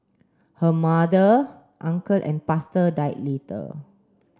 her mother uncle and pastor died later